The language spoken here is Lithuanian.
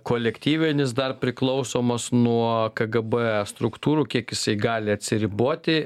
kolektyvinis dar priklausomas nuo kgb struktūrų kiek jisai gali atsiriboti